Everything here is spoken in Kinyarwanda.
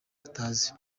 batazi